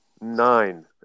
Nine